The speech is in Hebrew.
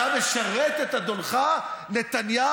אתה משרת את אדונך נתניהו,